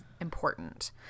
important